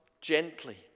gently